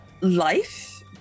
life